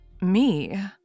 Me